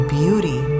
beauty